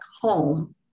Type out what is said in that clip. home